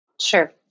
Sure